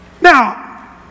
Now